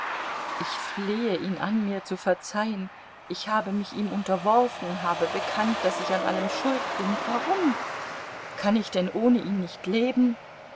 ich flehe ihn an mir zu verzeihen ich habe mich ihm unterworfen habe bekannt daß ich an allem schuld bin warum kann ich denn ohne ihn nicht leben